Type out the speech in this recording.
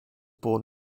born